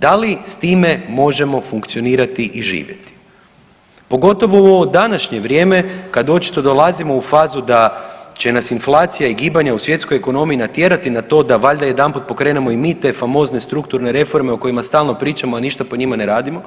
Da li s time možemo funkcionirati i živjeti pogotovo u ovo današnje vrijeme kad očito dolazimo u fazu da će nas inflacija i gibanja u svjetskoj ekonomiji natjerati na to da valjda jedanput pokrenemo i mi te famozne strukturne reforme o kojima stalno pričamo, a ništa po njima ne radimo